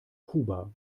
kuba